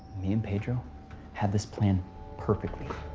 me and pedro have this planned perfectly.